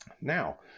Now